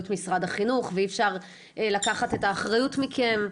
משרד החינוך ואי אפשר לקחת את האחריות מכם.